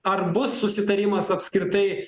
ar bus susitarimas apskritai